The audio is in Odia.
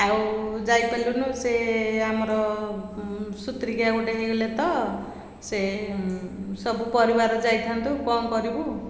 ଆଉ ଯାଇପାରିଲୁନୁ ସେ ଆମର ସୂତ୍ରିକିଆ ଗୋଟେ ହେଇଗଲେ ତ ସେ ସବୁ ପରିବାର ଯାଇଥାନ୍ତୁ କ'ଣ କରିବୁ